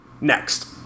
Next